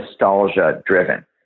nostalgia-driven